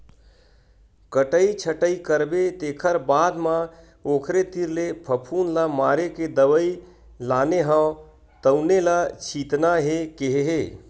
कटई छटई करबे तेखर बाद म ओखरे तीर ले फफुंद ल मारे के दवई लाने हव तउने ल छितना हे केहे हे